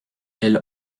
elle